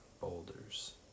boulders